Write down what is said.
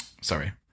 sorry